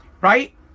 right